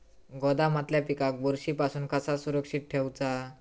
गोदामातल्या पिकाक बुरशी पासून कसा सुरक्षित ठेऊचा?